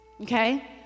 okay